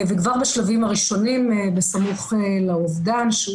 וכבר בשלבים הראשונים בסמוך לאובדן שהוא